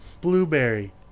blueberry